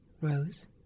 Rose